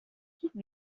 site